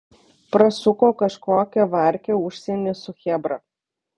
prasuko kažkokią varkę užsieny su chebra